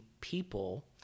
people